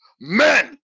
men